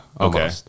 okay